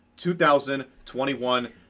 2021